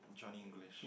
Johnny-English